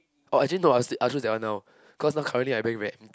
orh actually no I st~ I'll choose that one now cause now currently I very